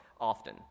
often